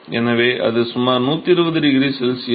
எனவே அது சுமார் 120 𝆩 C